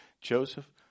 Joseph